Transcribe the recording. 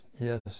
yes